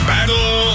Battle